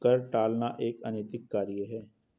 कर टालना एक अनैतिक कार्य है